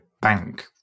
bank